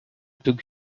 took